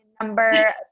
number